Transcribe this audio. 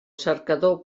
cercador